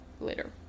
later